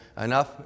Enough